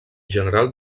general